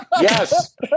Yes